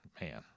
Man